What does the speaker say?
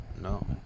no